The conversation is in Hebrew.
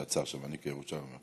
מבשרת, שיצאה עכשיו, אני, כירושלמי.